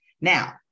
Now